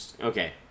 Okay